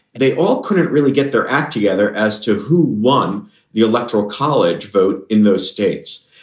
they all couldn't really get their act together as to who won the electoral college vote in those states.